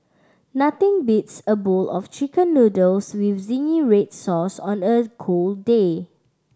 nothing beats a bowl of Chicken Noodles with zingy red sauce on a cold day